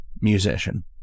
musician